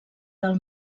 del